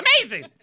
amazing